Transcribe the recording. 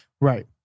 Right